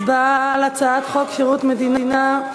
הצבעה על הצעת חוק שירות מדינה (גמלאות)